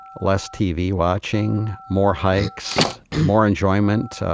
less tv watching, more hikes, more enjoyment,